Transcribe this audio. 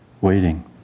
waiting